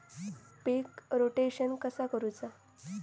पीक rotation कसा करूचा?